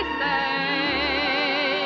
say